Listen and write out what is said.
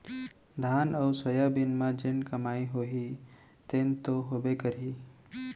धान अउ सोयाबीन म जेन कमाई होही तेन तो होबे करही